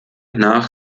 nach